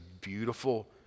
beautiful